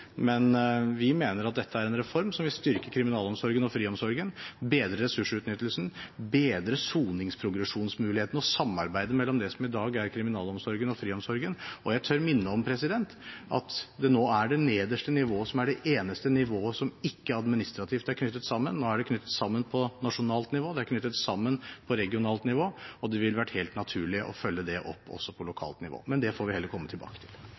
Men vi mener at dette er en reform som vil styrke kriminalomsorgen og friomsorgen, bedre ressursutnyttelsen, bedre soningsprogresjonsmulighetene og samarbeidet mellom det som i dag er kriminalomsorgen og friomsorgen. Jeg tør minne om at det er det nederste nivået som nå er det eneste nivået som ikke administrativt er knyttet sammen. Nå er det knyttet sammen på nasjonalt nivå, det er knyttet sammen på regionalt nivå, og det ville vært helt naturlig å følge det opp også på lokalt nivå, men det får vi heller komme tilbake til.